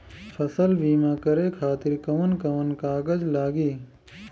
फसल बीमा करे खातिर कवन कवन कागज लागी?